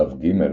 שלב ג',